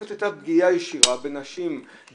אבל זו הייתה פגיעה ישירה בנשים,